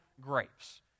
grapes